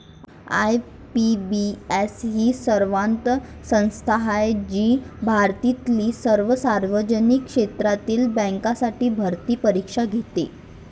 IBPS ही स्वायत्त संस्था आहे जी भारतातील सर्व सार्वजनिक क्षेत्रातील बँकांसाठी भरती परीक्षा घेते